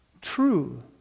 True